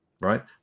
right